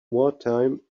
wartime